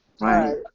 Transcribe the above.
Right